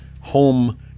home